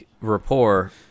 rapport